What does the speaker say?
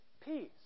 peace